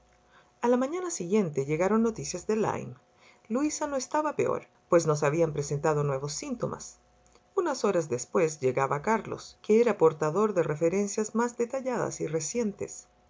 a la mañana siguiente llegaron noticias de lyme luisa no estaba peor pues no se habían presentado nuevos síntomas unas horas después llegaba carlos que era portador de referencias más detalladas y recientes